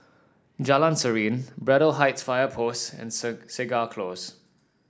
Jalan Serene Braddell Heights Fire Post and Segar Close